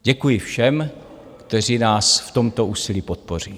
Děkuji všem, kteří nás v tomto úsilí podpoří.